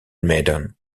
maiden